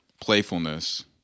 playfulness